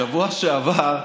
בשבוע שעבר: